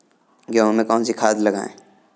गेहूँ में कौनसी खाद लगाएँ?